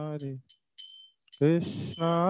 Krishna